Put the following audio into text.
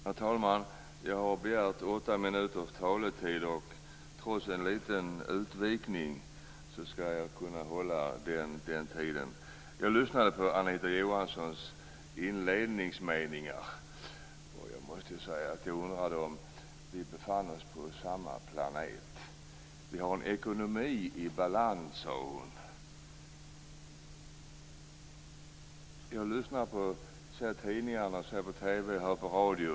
Herr talman! Jag har begärt åtta minuters taletid, och trots en liten utvikning skall jag kunna hålla den tiden. Jag lyssnade på Anita Johanssons inledningsmeningar, och jag måste säga att jag undrade om vi befann oss på samma planet. Vi har en ekonomi i balans, sade hon. Jag läser tidningar, ser på TV och hör på radio.